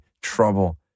trouble